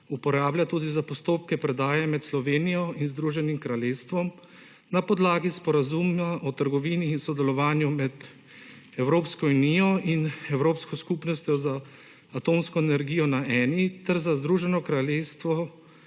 uporablja tudi za postopke predaje med Slovenijo in Združenim kraljestvom na podlagi sporazuma o trgovini in sodelovanju med Evropsko unijo in Evropsko skupnostjo za atomsko energijo na eni ter Združenim kraljestvom